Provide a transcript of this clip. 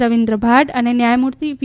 રવિન્દ્ર ભાટ અને ન્યાયમૂર્તિ વી